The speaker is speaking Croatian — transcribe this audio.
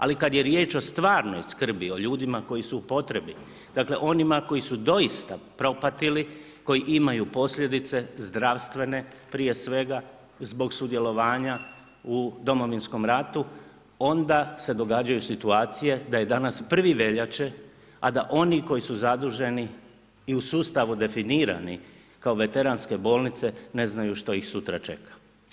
Ali kada je riječ o stvarnoj skrbi o ljudima koji su u potrebi, dakle onima koji su doista propatili, koji imaju posljedice zdravstvene prije svega zbog sudjelovanja u Domovinskom ratu onda se događaju situacije da je danas 1. veljače, a da oni koji su zaduženi i u sustavu definirani kao veteranske bolnice ne znaju što ih sutra čeka.